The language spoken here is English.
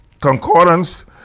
concordance